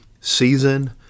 season